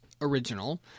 original